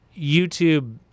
YouTube